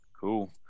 cool